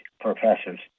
professors